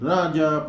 Raja